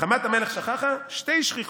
"וחמת המלך שככה שתי שכיכות".